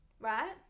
right